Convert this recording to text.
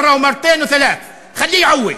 פעם, פעמיים ושלוש, שינבח.)